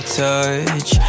touch